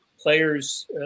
players